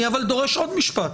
אבל אני דורש עוד משפט,